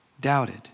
doubted